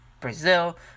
Brazil